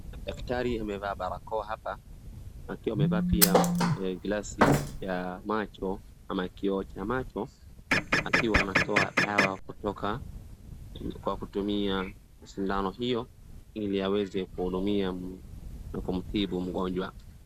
daktari amevaa barakoa hapa akiwa pia amevaa glasi ya macho au kioo ya macho akiwa anatoa dawa kutoka kwa kutumia sindano hiyo ii aweze kumhudumia na kumtibu mgonjwa